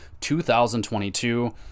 2022